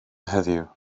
heddiw